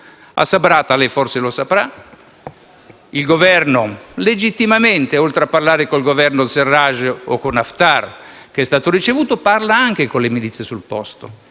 A Sabrata - lei forse lo saprà - il Governo legittimamente, oltre a parlare con il Governo Sarraj o con Haftar, che è stato ricevuto, parla anche con le milizie sul posto.